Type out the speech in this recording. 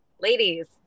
Ladies